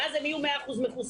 ואז הם יהיו 100% מחוסנים.